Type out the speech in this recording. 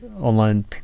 online